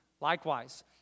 Likewise